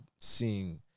seeing